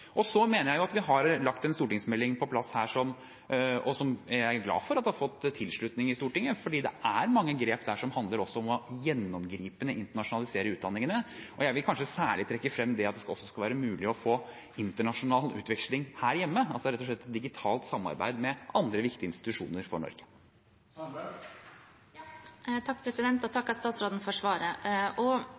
Jeg mener vi har lagt en stortingsmelding på plass her som jeg er glad for har fått tilslutning i Stortinget, for det er mange grep der som handler om å internasjonalisere utdanningene på en gjennomgripende måte. Jeg vil kanskje særlig trekke frem at det også skal være mulig å få internasjonal utveksling her hjemme, altså rett og slett digitalt samarbeid med andre viktige institusjoner for Norge. Jeg takker statsråden for svaret. Jeg sa at Arbeiderpartiet er litt skeptisk til å gi kortere utvekslingsopphold samme økonomiske uttelling, og